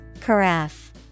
Carafe